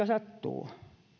sattuu